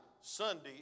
Sunday